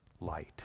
light